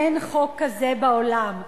אין חוק כזה בעולם,